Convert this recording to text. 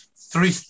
three